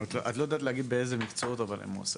את לא יודעת להגיד אבל באיזה מקצועות הם מועסקים.